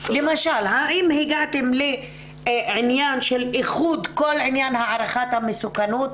למשל האם הגעתם לעניין של איחוד כל הערכת המסוכנות,